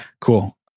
Cool